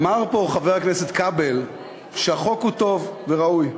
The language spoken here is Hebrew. אמר פה חבר הכנסת כבל שהחוק הוא טוב וראוי.